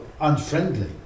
unfriendly